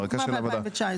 היא הוקמה ב-2019.